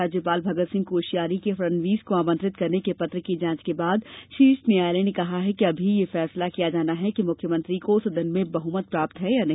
राज्यपाल भगत सिंह कोश्यारी के फडणवीस को आमंत्रित करने के पत्र की जांच के बाद शीर्ष न्यायालय ने कहा कि अभी यह फैसला किया जाना है कि मुख्यमंत्री को सदन में बहुमत प्राप्त है या नहीं